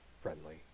friendly